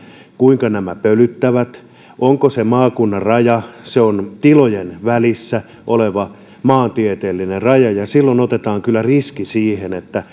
kuinka nämä pölyttävät onko se maakunnan raja se on tilojen välissä oleva maantieteellinen raja ja silloin otetaan kyllä riski siihen että